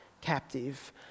captive